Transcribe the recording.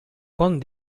bon